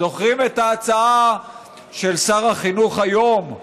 זוכרים את ההצעה של שר החינוך היום,